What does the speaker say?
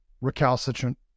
recalcitrant